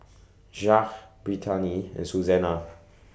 Jacque Brittaney and Suzanna